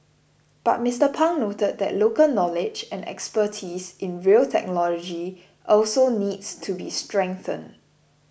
but Mr Pang noted that local knowledge and expertise in rail technology also needs to be strengthened